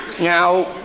Now